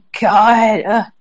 God